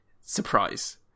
surprise